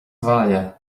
bhaile